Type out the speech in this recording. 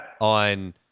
on